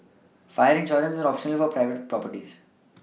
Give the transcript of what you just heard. fire insurance is optional for private properties